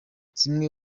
zimwe